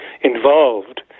involved